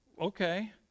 okay